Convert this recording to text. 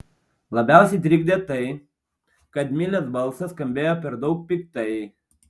labiausiai trikdė tai kad milės balsas skambėjo per daug piktai